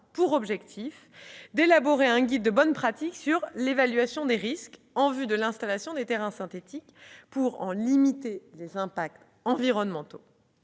pour objectif d'élaborer un guide de bonnes pratiques pour l'évaluation des risques en vue de l'installation des terrains synthétiques, afin d'en limiter les impacts environnementaux.